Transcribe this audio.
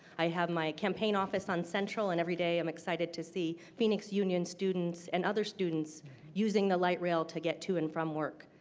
i have my campaign office on central. and every day i am excited to see phoenix union students and other students using the light rail to get to and from work.